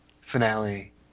finale